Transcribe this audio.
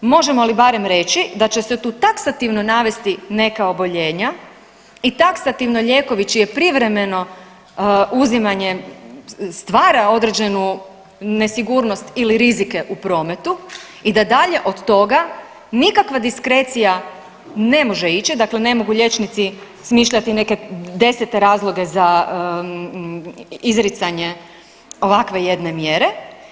Možemo li barem reći da će se tu taksativno navesti neka oboljenja i taksativno lijekovi čije privremeno uzimanje stvara određenu nesigurnost ili rizike u prometu i da dalje od toga nikakva diskrecija ne može ići, dakle ne mogu liječnici smišljati neke desete razloge za izricanje ovakve jedne mjere.